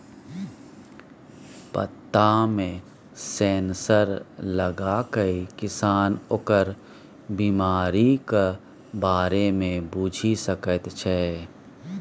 पत्तामे सेंसर लगाकए किसान ओकर बिमारीक बारे मे बुझि सकैत छै